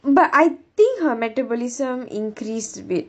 but I think her metabolism increased with